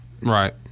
Right